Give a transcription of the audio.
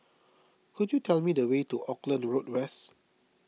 could you tell me the way to Auckland Road West